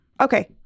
okay